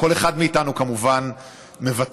כל אחד מאיתנו כמובן מוותר.